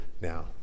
now